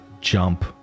jump